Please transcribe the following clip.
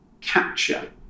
capture